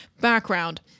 background